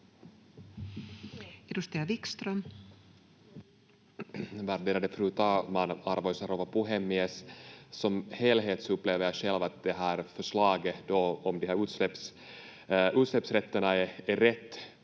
18:12 Content: Värderade fru talman, arvoisa rouva puhemies! Som helhet upplever jag själv att det här förslaget om utsläppsrätterna är rätt,